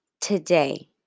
today